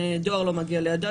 שדואר לא מגיע ליעדו.